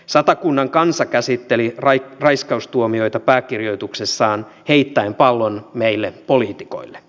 satakunnan kansa käsitteli raiskaustuomioita pääkirjoituksessaan heittäen pallon meille poliitikoille